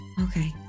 Okay